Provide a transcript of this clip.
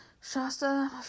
Shasta